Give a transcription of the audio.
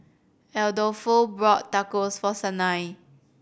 Adolfo bought Tacos for Sanai